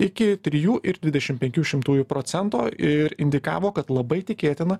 iki trijų ir dvidešim penkių šimtųjų procento ir indikavo kad labai tikėtina